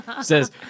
Says